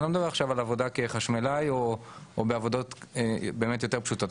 אני לא מדבר עכשיו על עבודה כחשמלאי ועל עבודות יותר פשוטות,